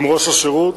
ראש השירות,